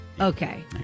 Okay